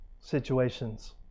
situations